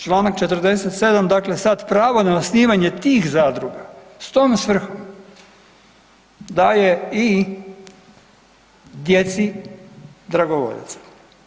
Čl. 47. dakle sad pravo na osnivanje tih zadruga, s tom svrhom daje i djeci dragovoljaca.